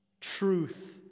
truth